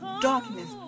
Darkness